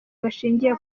bashingiye